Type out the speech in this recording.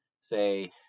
say